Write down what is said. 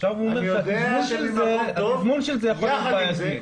עכשיו פרופ' דודסון אומר שהתזמון של זה יכול להיות בעייתי.